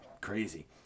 Crazy